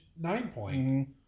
nine-point